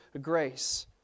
grace